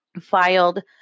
filed